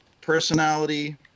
personality